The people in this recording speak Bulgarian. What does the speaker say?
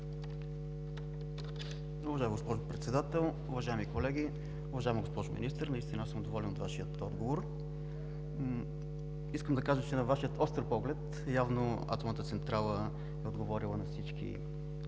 Уважаема госпожо Председател, уважаеми колеги, уважаема госпожо Министър! Доволен съм от Вашия отговор. Искам да кажа, че под Вашия остър поглед явно Атомната централа е отговорила на всички